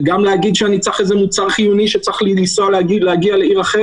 גם להגיד שאני צריך איזה מוצר חיוני שיש בעיר אחרת,